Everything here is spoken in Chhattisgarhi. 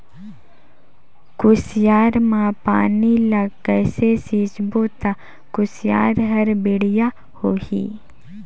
कुसियार मा पानी ला कइसे सिंचबो ता कुसियार हर बेडिया होही?